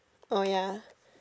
orh ya